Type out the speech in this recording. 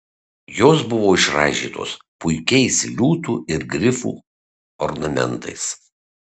jos buvo išraižytos puikiais liūtų ir grifų ornamentais